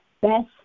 best